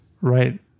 right